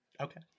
Okay